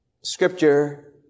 Scripture